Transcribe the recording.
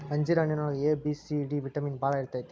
ಅಂಜೂರ ಹಣ್ಣಿನೊಳಗ A, B, C, D vitamin ಬಾಳ ಇರ್ತೈತಿ